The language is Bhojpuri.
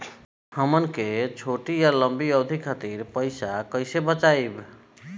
हमन के छोटी या लंबी अवधि के खातिर पैसा कैसे बचाइब?